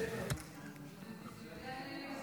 נמנע